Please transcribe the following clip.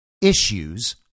issues